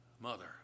mother